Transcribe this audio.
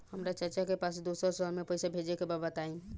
हमरा चाचा के पास दोसरा शहर में पईसा भेजे के बा बताई?